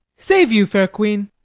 save you, fair queen!